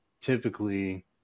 typically